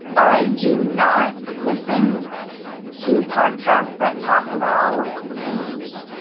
i do not listen to podcasts that talk about news.